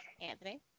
Anthony